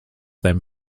them